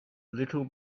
little